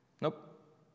Nope